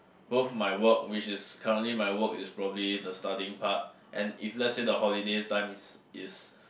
both my work which is currently my work is probably the studying part and if let's say the holiday times is